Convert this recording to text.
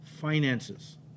finances